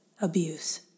abuse